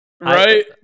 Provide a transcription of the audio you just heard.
Right